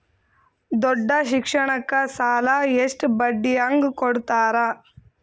ದೊಡ್ಡ ಶಿಕ್ಷಣಕ್ಕ ಸಾಲ ಎಷ್ಟ ಬಡ್ಡಿ ಹಂಗ ಕೊಡ್ತಾರ?